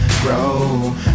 grow